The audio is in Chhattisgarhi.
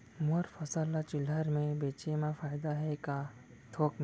मोर फसल ल चिल्हर में बेचे म फायदा है के थोक म?